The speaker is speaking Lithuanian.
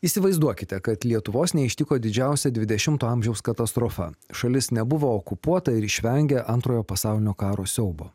įsivaizduokite kad lietuvos neištiko didžiausia dvidešimto amžiaus katastrofa šalis nebuvo okupuota ir išvengia antrojo pasaulinio karo siaubo